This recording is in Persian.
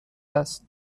است